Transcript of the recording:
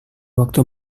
waktu